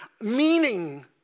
meaning